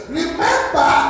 remember